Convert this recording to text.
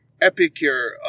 epicure